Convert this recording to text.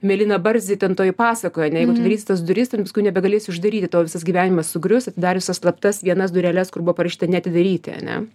mėlyną barzdį ten toj pasakoj ane jeigu tu atidarysi tas duris ir paskui nebegalėsi uždaryti tavo visas gyvenimas sugrius atidarius tas slaptas vienas dureles kur buvo parašyta neatidaryti ane